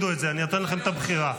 איך אתה מקדם חוק השתמטות מופקר?